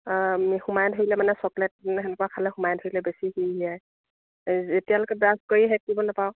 সোমাই ধৰিলে মানে চকলেট সেনেকুৱা খালে সোমাই ধৰিলে বেছি সিৰসিৰাই এতিয়ালৈকে ব্ৰাছ কৰি হেৰি কৰিবলৈ নাপাওঁ